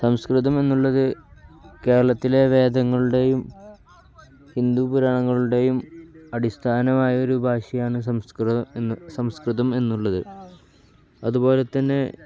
സംസ്കൃതം എന്നുള്ളത് കേരളത്തിലെ വേദങ്ങളുടെയും ഹിന്ദു പുരാണങ്ങളുടെയും അടിസ്ഥാനമായൊരു ഭാഷയാണ് സംസ്കൃതം എന്നു സംസ്കൃതം എന്നുള്ളത് അതുപോലെ തന്നെ